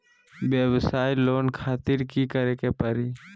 वयवसाय लोन खातिर की करे परी?